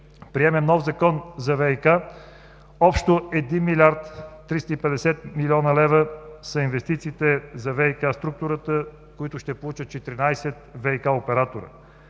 приемем нов закон за ВиК. Общо 1 млрд. 350 млн. лв. са инвестициите за ВиК структурата, които ще получат 14 ВиК оператори.